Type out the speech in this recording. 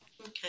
okay